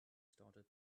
started